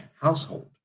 household